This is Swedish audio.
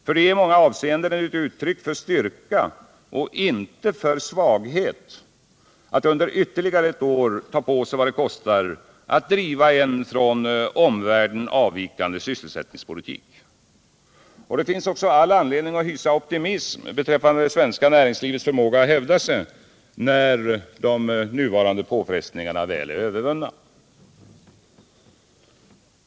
För det är i många avseenden ett uttryck för styrka och inte för svaghet att under ytterligare ett år kunna ta på sig vad det kostar att driva en från omvärlden avvikande sysselsättningspolitik. Det finns också all anledning att hysa optimism beträffande det svenska näringslivets förmåga att hävda sig när de nuvarande påfrestningarna väl är övervunna.